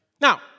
Now